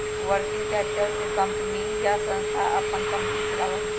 working capital से company या संस्था अपन कंपनी चलावा हई